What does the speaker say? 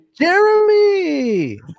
Jeremy